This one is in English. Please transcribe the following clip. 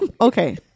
Okay